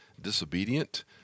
disobedient